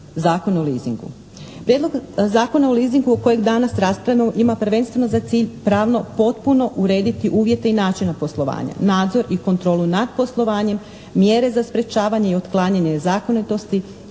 zakon o leasingu. Prijedlog zakona o leasingu kojeg danas raspravljamo ima prvenstveno za cilj pravno potpuno urediti uvjete i način poslova, nadzor i kontrolu nad poslovanjem, mjere za sprječavanje i otklanjanje nezakonitosti